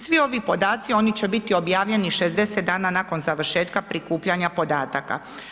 Svi ovi podaci oni će biti objavljeni 60 dana nakon završetka prikupljanja podataka.